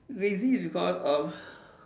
lazy is because uh